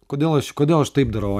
kodėl aš kodėl aš taip darau